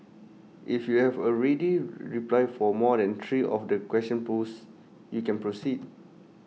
if you have A ready reply for more than three of the questions posed you can proceed